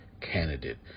candidate